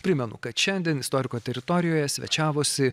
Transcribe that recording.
primenu kad šiandien istoriko teritorijoje svečiavosi